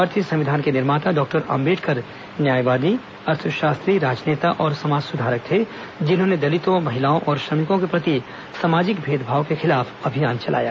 भारतीय संविधान के निर्माता डॉक्टर अम्बेडकर न्यायवादी अर्थशास्त्री राजनेता और समाज सुधारक थे जिन्होंने दलितों महिलाओं और श्रमिकों के प्रति सामाजिक भेदभाव के खिलाफ अभियान चलाया